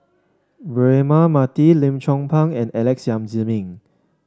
Braema Mathi Lim Chong Pang and Alex Yam Ziming